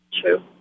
True